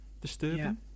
disturbing